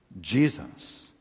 Jesus